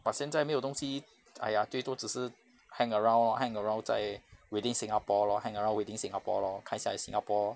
but 现在没有东西 !aiya! 最多只是 hang around lor hang around 在 within singapore lor hang around within singapore lor 看一下 singapore